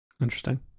Interesting